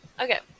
okay